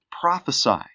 Prophesy